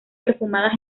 perfumadas